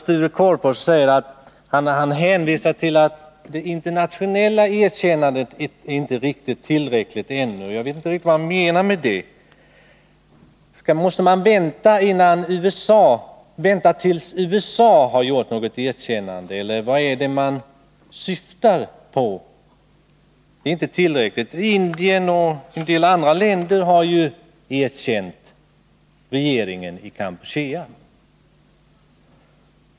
Sedan hänvisar Sture Korpås till att det internationella erkännandet ännu inte är tillräckligt. Jag vet inte vad han menar med det. Måste man vänta tills USA har kommit med något erkännande, eller vad är det som åsyftas? Indien och en del andra länder har erkänt regeringen i Kampuchea.